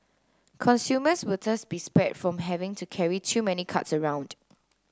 consumers will thus be spared from having to carry too many cards around